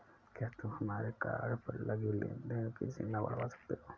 क्या हम हमारे कार्ड पर लगी लेन देन की सीमा बढ़ावा सकते हैं?